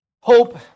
Hope